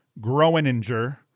Groeninger